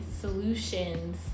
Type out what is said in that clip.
solutions